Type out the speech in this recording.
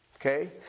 Okay